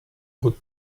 good